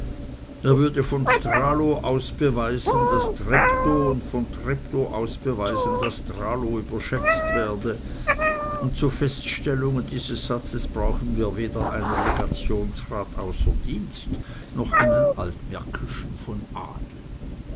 er würde von stralow aus beweisen daß treptow und von treptow aus beweisen daß stralow überschätzt werde und zu feststellung dieses satzes brauchen wir weder einen legationsrat a d noch einen altmärkischen von adel